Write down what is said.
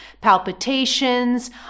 palpitations